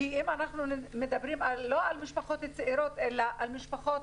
כי אם אנחנו מדברים לא על המשפחות הצעירות אלא על משפחות